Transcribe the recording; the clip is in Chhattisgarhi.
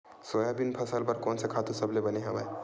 सोयाबीन फसल बर कोन से खातु सबले बने हवय?